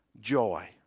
Joy